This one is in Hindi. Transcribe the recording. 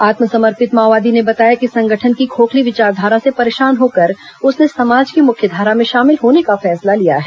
आत्मसमर्पित माओवादी ने बताया कि संगठन की खोखली विचारधारा से परेशान होकर उसने समाज की मुख्यधारा में शामिल होने का फैसला लिया है